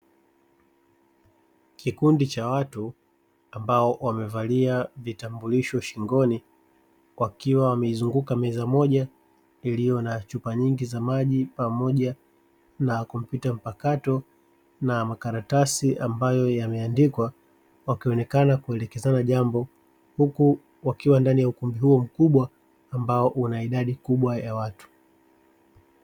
Kikundi cha watu ambao wamevalia kitambulisho shingoni, wakiwa wameizunguka meza moja iliyo na: chupa nyingi za maji, pamoja na kompyuta mpakato na makaratasi ambayo yameandikwa; wakionekana kuelekezana jambo, huku wakiwa ndani ya ukumbi huo mkubwa ambao una idadi kubwa ya watu.